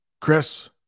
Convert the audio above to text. chris